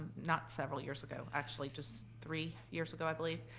not several years ago, actually, just three years ago i believe.